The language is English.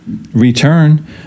return